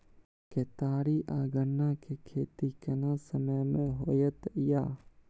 केतारी आ गन्ना के खेती केना समय में होयत या?